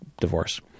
divorce